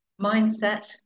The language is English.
mindset